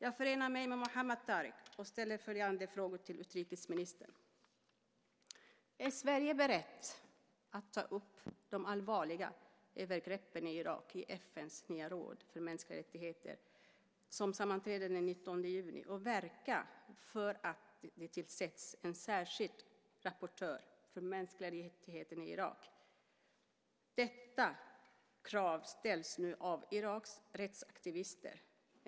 Jag förenar mig med Muhammed Tareq och ställer följande fråga till utrikesministern: Är Sverige berett att i FN:s nya råd för mänskliga rättigheter, som sammanträder den 19 juni, ta upp de allvarliga övergreppen i Irak och verka för att det tillsätts en särskild rapportör för mänskliga rättigheter i Irak? Detta krav ställs nu av Iraks rättsaktivister.